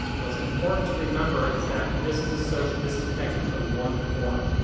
what's important to remember is that this is so this is connecting to one form,